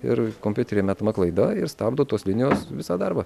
ir kompiuteryje metama klaida ir stabdo tos linijos visą darbą